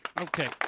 Okay